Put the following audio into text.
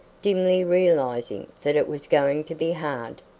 dimly realizing that it was going to be hard,